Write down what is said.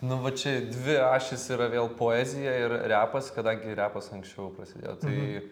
nu va čia dvi ašys yra vėl poezija ir repas kadangi repas anksčiau prasidėjo tai